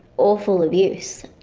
awful abuse.